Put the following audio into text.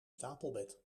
stapelbed